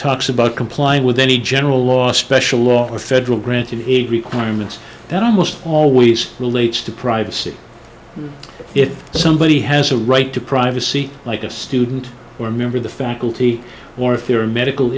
talks about complying with any general last special laws federal grant and requirements that almost always relates to privacy if somebody has a right to privacy like a student or a member of the faculty or if there are medical